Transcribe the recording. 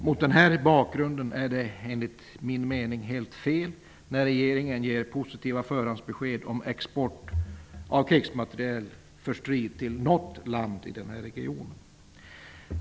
Mot den här bakgrunden är det enligt min mening helt fel att regeringen ger positiva förhandsbesked om export av krigsmateriel för strid till något land i den här regionen.